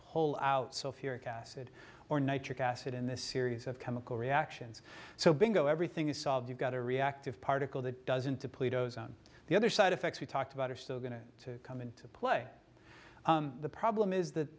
pull out so if you're a cascade or nitric acid in this series of chemical reactions so bingo everything is solved you've got a reactive particle that doesn't deplete owes on the other side effects we talked about are still going to come into play the problem is that